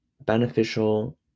beneficial